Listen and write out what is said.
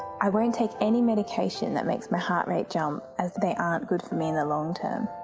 i won't take any medication that makes my heart rate jump as they aren't good for me in the long term.